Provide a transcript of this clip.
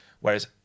Whereas